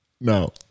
No